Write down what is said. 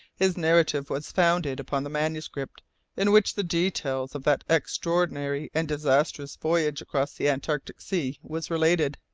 his narrative was founded upon the manuscript in which the details of that extraordinary and disastrous voyage across the antarctic sea was related.